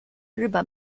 日本